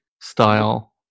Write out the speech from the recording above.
style